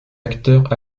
acteurs